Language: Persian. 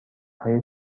های